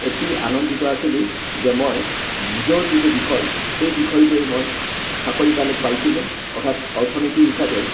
এটি আনন্দিত আছিলোঁ যে মই নিজৰ যিটো বিষয় সেই বিষয়টোৱে মই চাকৰি কালত পাইছিলোঁ অৰ্থাৎ অৰ্থনীতি হিচাপে